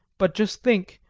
but just think,